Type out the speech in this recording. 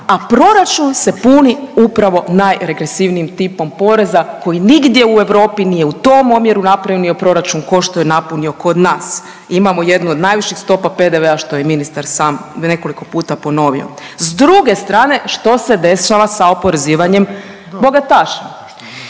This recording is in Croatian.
a proračun se puno upravo najregresivnijim tipom poreza koji nigdje u Europi nije u tom omjeru napunio proračun kao što je napunio kod nas. Imamo jednu od najviših stopa PDV-a, što je i ministar sam nekoliko puta ponovio. S druge strane, što se dešava s oporezivanjem bogataša?